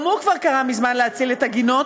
גם הוא קרא כבר מזמן להצליל את הגינות,